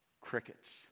Crickets